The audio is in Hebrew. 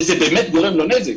וזה באמת גורם לו נזק,